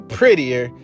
prettier